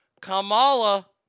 Kamala